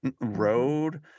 road